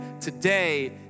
today